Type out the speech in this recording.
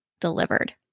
delivered